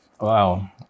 Wow